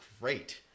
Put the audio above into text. great